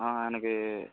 ஆ எனக்கு